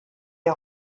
der